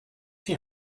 die